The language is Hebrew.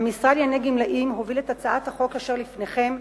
המשרד לענייני גמלאים הוביל את הצעת החוק אשר לפניכם,